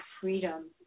freedom